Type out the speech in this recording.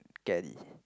carry